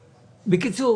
בקיצור,